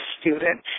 student